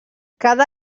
cada